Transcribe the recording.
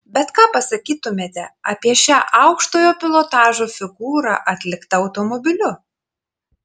bet ką pasakytumėte apie šią aukštojo pilotažo figūrą atliktą automobiliu